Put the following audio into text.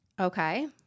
Okay